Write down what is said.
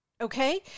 Okay